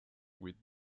with